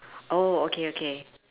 oh okay okay